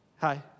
hi